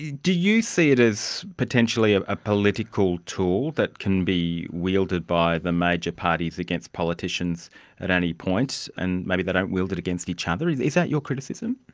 do you see it as potentially ah a political tool that can be wielded by the major parties against politicians at any point, and maybe they don't wield it against each other? is that your criticism?